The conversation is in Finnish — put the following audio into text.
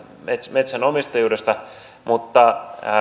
metsänomistajuudesta